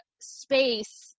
space